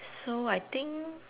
so I think